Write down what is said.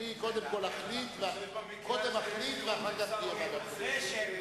אני קודם כול אחליט, ואחר כך תהיה ועדת פירושים.